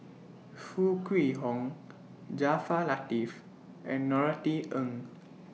Foo Kwee Horng Jaafar Latiff and Norothy Ng